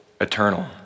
eternal